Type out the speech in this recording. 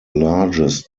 largest